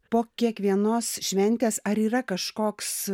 po kiekvienos šventės ar yra kažkoks